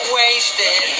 wasted